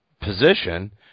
position